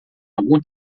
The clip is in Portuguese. algum